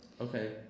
okay